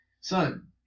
son